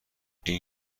این